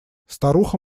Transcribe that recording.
старуха